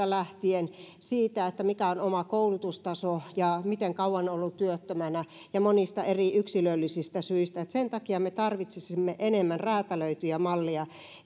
lähtien siitä mikä on oma koulutustaso miten kauan on ollut työttömänä ja monista eri yksilöllisistä syistä että sen takia me tarvitsisimme enemmän räätälöityjä malleja